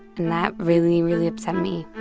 and that really, really upset me.